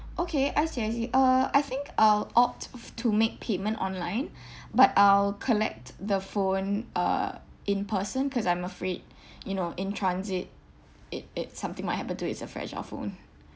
okay I see I see uh I think I'll opt f~ to make payment online but I'll collect the phone uh in person cause I'm afraid you know in transit it it something might happen to it it's a fragile phone